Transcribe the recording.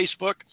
facebook